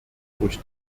durch